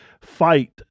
fight